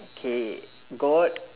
okay got